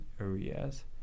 areas